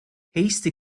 hasty